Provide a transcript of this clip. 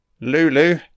Lulu